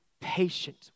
patient